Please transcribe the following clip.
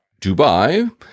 Dubai